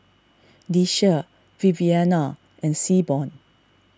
Deasia Viviana and Seaborn